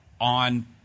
on